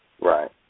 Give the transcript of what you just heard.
Right